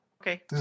Okay